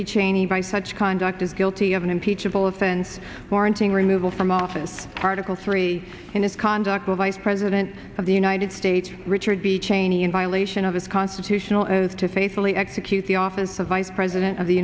b cheney by such conduct is guilty of an impeachable offense warranting removal from office article three in his conduct the vice president of the united states richard b cheney in violation of his constitutional as to faithfully execute the office of vice president of the